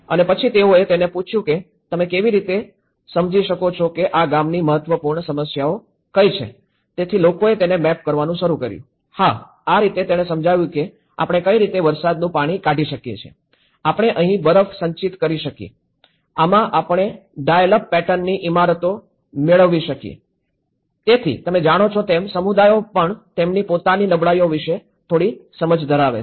અને પછી તેઓએ તેને પૂછ્યું કે તમે કેવી રીતે સમજી શકો છો કે આ ગામની મહત્વપૂર્ણ સમસ્યાઓ કઈ છે તેથી લોકોએ તેને મેપ કરવાનું શરૂ કર્યું હા આ રીતે તેણે સમજાવ્યું કે આપણે કઈ રીતે વરસાદનું પાણી કાઢી શકીયે છીએ આપણે અહીં બરફ સંચિત કરીએ છીએ આમાં આપણે ડાયલ અપ પેટર્નની ઇમારતો આપણે મેળવીએ છીએ તેથી તમે જાણો છો તેમ સમુદાયો પણ તેમની પોતાની નબળાઈઓ વિશે થોડી સમજ ધરાવે છે